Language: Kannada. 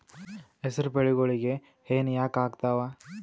ಹೆಸರು ಬೆಳಿಗೋಳಿಗಿ ಹೆನ ಯಾಕ ಆಗ್ತಾವ?